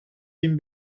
bin